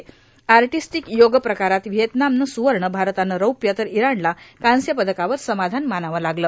artistic yoga प्रकारात Vietnam नं सुवर्ण भारतानं रौप्य तर इराणला कांस्य पदकावर समाधान मानावं लागलं